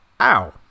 ow